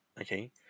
Okay